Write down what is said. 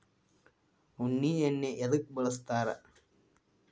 ಉಣ್ಣಿ ಎಣ್ಣಿ ಎದ್ಕ ಬಳಸ್ತಾರ್?